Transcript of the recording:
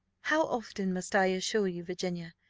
how often must i assure you, virginia,